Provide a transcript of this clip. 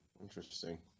Interesting